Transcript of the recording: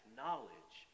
knowledge